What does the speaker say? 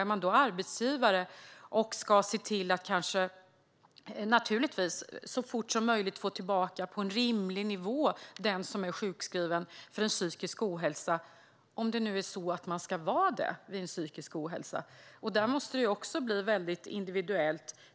Ska arbetsgivare då se till att så fort som möjligt och på en rimlig nivå få tillbaka den som är sjukskriven för psykisk ohälsa - om det är så att man ska vara det vid psykisk ohälsa - måste det också bli individuellt.